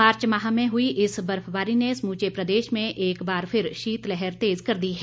मार्च माह में हुई इस बर्फबारी ने समूचे प्रदेश में एक बार फिर शीतलहर तेज़ कर दी है